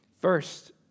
First